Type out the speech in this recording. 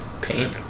Pain